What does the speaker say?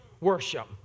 worship